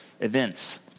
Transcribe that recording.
events